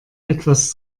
etwas